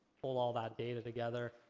pull all that data together.